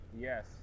Yes